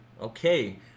Okay